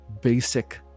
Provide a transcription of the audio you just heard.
basic